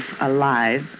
alive